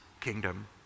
kingdom